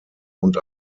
und